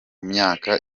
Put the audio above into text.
myaka